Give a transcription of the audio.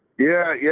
yeah. yeah.